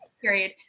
period